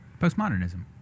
Postmodernism